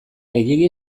gehiegi